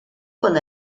con